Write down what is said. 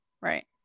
Right